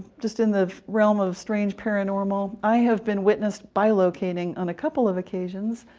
just in the realm of strange paranormal. i have been witnessed bi-locating on a couple of occasions.